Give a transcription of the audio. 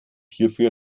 hierfür